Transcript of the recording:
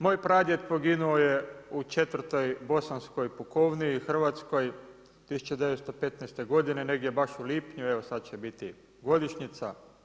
Moj pradjed poginuo je u 4. bosanskoj pukovniji hrvatskoj 1915. godine negdje baš u lipnju, evo sada će biti godišnjica.